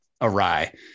awry